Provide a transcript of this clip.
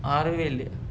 ஆறவே இல்லயா:aaravae illayae